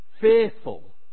fearful